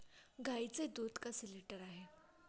गाईचे दूध कसे लिटर आहे?